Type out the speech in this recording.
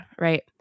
right